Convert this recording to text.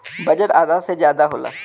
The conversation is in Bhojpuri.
बजट आधा से जादा होला